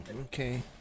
Okay